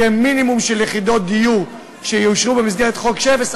של מינימום יחידות דיור שיאושרו במסגרת חוק שבס,